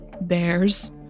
Bears